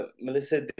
Melissa